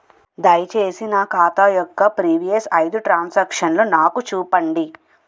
దయచేసి నా ఖాతా యొక్క ప్రీవియస్ ఐదు ట్రాన్ సాంక్షన్ నాకు చూపండి